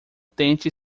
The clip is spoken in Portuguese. tente